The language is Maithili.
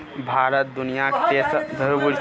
भारत दुनियाक तेसर सबसे पैघ माछक उत्पादक देस छै